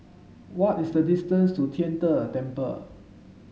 what is the distance to Tian De Temple